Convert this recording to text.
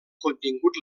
contingut